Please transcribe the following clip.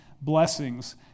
blessings